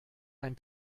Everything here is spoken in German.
ein